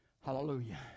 Hallelujah